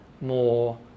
more